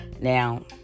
Now